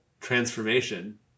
transformation